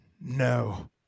No